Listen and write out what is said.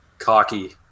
cocky